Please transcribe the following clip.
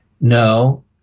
No